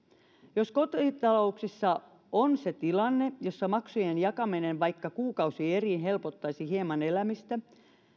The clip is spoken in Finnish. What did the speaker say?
jos kotitalouksissa on se tilanne jossa maksujen jakaminen vaikka kuukausieriin helpottaisi hieman elämistä